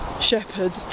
Shepherd